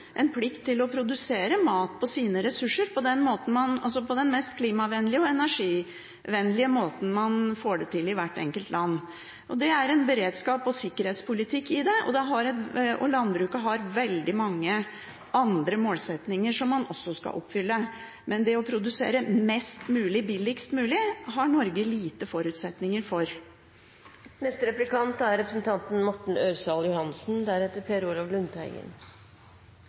en plikt til å produsere mat på sine ressurser på den mest klima- og energivennlige måten man kan få til i hvert enkelt land. Det er også en beredskaps- og sikkerhetspolitikk i dette, og landbruket har veldig mange andre målsettinger som man også skal oppfylle. Men det å produsere mest mulig, billigst mulig har Norge